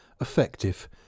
effective